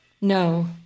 No